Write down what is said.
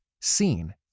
seen